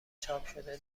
چاپشده